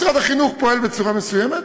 משרד החינוך פועל בצורה מסוימת,